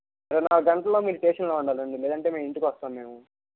ఇరవై నాలుగు గంటల్లో మీరు స్టేషన్లో ఉండాలండి లేదంటే ఇంటికి వస్తాం మేము